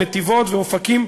מנתיבות ואופקים,